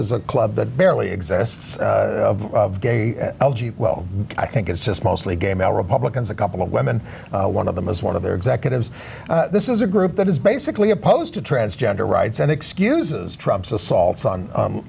is a club that barely exists of gay well i think it's just mostly gay male republicans a couple of women one of them is one of their executives this is a group that is basically opposed to transgender rights and excuses trump's assaults on